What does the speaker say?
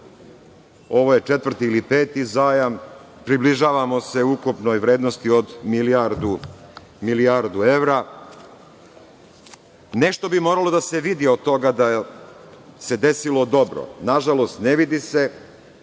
Ovo je četvrti ili peti zajam. Približavamo se ukupnoj vrednosti od milijardu evra. Nešto bi moralo da se vidi od toga da se desilo dobro. Nažalost, ne vidi se. Što